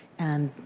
and,